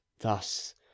thus